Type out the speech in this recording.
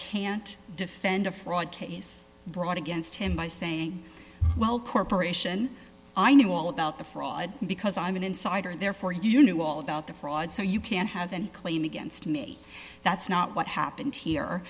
can't defend a fraud case brought against him by saying well corporation i knew all about the fraud because i'm an insider therefore you knew all about the fraud so you can have an claim against me that's not what happened here